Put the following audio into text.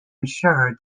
ensure